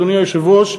אדוני היושב-ראש,